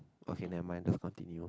okay never mind just continue